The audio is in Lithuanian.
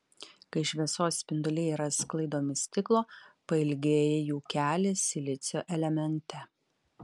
kai šviesos spinduliai yra sklaidomi stiklo pailgėja jų kelias silicio elemente